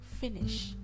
finish